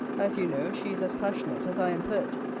as you know she is as passionate, as i am pert,